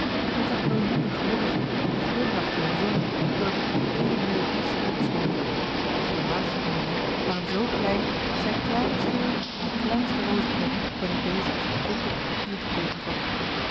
zag millioenen gelukkigen die glimlachten en zongen zoodat het in ééne melodie samensmolt de voornaamsten onder hen waren zoo klein dat zij kleiner schenen dan de kleinste rozeknop wanneer deze als een punt op het papier geteekend wordt